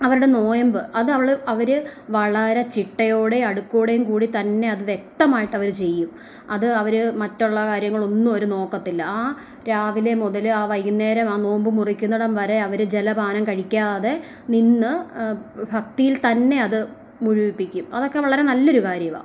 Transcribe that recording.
അവരുടെ നോയമ്പ് അത് അവൾ അവർ വളരെ ചിട്ടയോടെ അടുക്കോടെയും കൂടി തന്നെയാണ് അത് വ്യക്തമായിട്ട് അവർ ചെയ്യും അത് അവർ മറ്റുള്ള കാര്യങ്ങളൊന്നും അവർ നോക്കത്തില്ല ആ രാവിലെ മുതൽ ആ വൈകുന്നേരം ആ നോമ്പു മുറിക്കുന്നിടം വരെ അവർ ജലപാനം കഴിക്കാതെ നിന്ന് ഭക്തിയിൽ തന്നെ അത് മുഴുമിപ്പിക്കും അതൊക്കെ വളരെ നല്ലൊരു കാര്യമാണ്